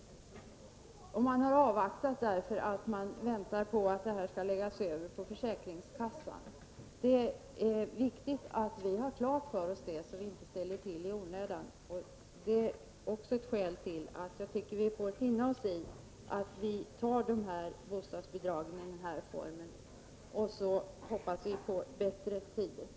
Man har nämligen väntat på ett beslut om att utbetalningarna skall skötas av försäkringskassan. Det är viktigt att vi har detta klart för oss, så att vi inte ställer till oreda i onödan. Det är också ett skäl till att vi bör finna oss i att fatta beslut om bostadsbidragen i denna form. Sedan får vi hoppas på bättre tider.